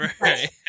right